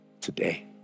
today